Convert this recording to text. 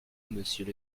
monsieur